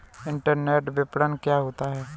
Internet विपणन क्या होता है?